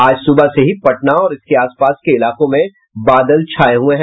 आज सुबह से ही पटना और उसके आस पास के इलाकों में बादल छाये हुये हैं